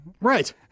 Right